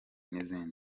n’izindi